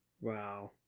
Wow